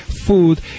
food